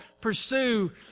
pursue